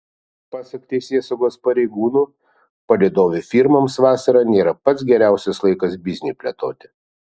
pasak teisėsaugos pareigūnų palydovių firmoms vasara nėra pats geriausias laikas bizniui plėtoti